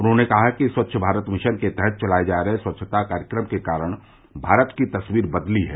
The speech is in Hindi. उन्होंने कहा कि स्वच्छ भारत मिशन के तहत चलाये जा रहे स्वच्छता कार्यक्रम के कारण भारत की तस्वीर बदली है